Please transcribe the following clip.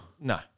No